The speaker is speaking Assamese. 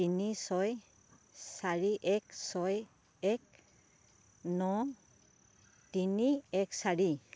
তিনি ছয় চাৰি এক ছয় এক ন তিনি এক চাৰি